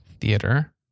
Theater